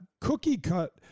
cookie-cut